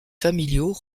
familiaux